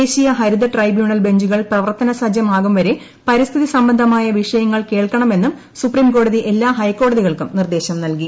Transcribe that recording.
ദേശീയ ഹരിത ട്രൈബ്യൂണൽ ബെഞ്ചുകൾ പ്രവർത്തനസജ്ജമാകും വരെ പരിസ്ഥിതി സംബന്ധമായ വിഷയങ്ങൾ കേൾക്കണമെന്നും സുപ്രീംകോടതി എല്ലാ ഹൈക്കോടതികൾക്കും നിർദേശം നല്കി